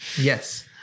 Yes